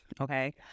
Okay